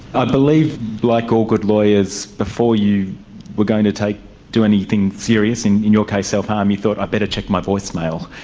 i believe like all good lawyers before you were going to do anything serious, in your case self-harm, you thought, i'd better check my voicemail.